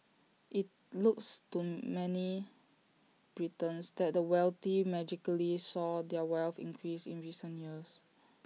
IT looks to many Britons that the wealthy magically saw their wealth increase in recent years